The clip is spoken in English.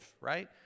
right